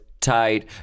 tight